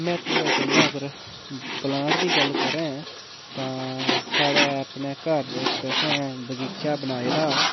में थुआढ़े कन्नै अगर प्लांट दी गल्ल करें तां साढ़े अपने घर इक असें बगीचा बनाये दा